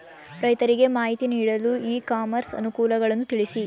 ರೈತರಿಗೆ ಮಾಹಿತಿ ನೀಡಲು ಇ ಕಾಮರ್ಸ್ ಅನುಕೂಲಗಳನ್ನು ತಿಳಿಸಿ?